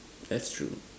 that's true